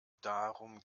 darum